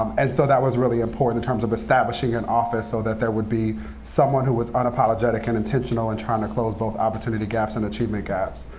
and so that was really important, in terms of establishing an office so that there would be someone who was unapologetic and intentional in trying to close both opportunity gaps and achievement gaps.